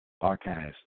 Archives